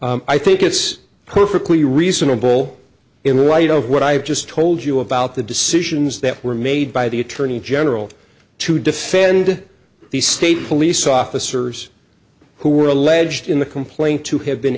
i think it's perfectly reasonable in light of what i've just told you about the decisions that were made by the attorney general to defend the state police officers who were alleged in the complaint to have been